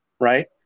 right